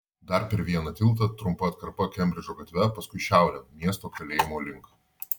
dar per vieną tiltą trumpa atkarpa kembridžo gatve paskui šiaurėn miesto kalėjimo link